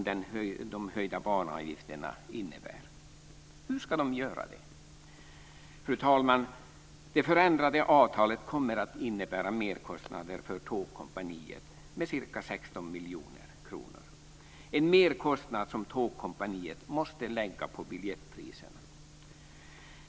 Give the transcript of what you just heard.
Det förändrade avtalet kommer att innebära merkostnader för Tågkompaniet med ca 16 miljoner kronor. Det är en merkostnad som Tågkompaniet måste lägga på biljettpriserna.